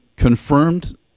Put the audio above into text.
Confirmed